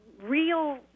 real